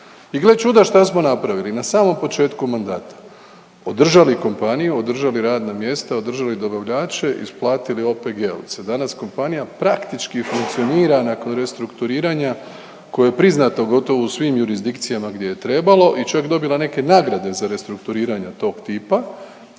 I gle čuda šta smo napravili na samom početku mandata. Održali kompaniju, održali radna mjesta, održali dobavljače, isplatili OPG-ovce. Danas kompanija praktički funkcionira nakon restrukturiranja koje je priznato gotovo u svim jurisdikcijama gdje je trebalo i čak dobila neke nagrade za restrukturiranja tog tipa,